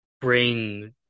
bring